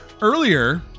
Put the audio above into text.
earlier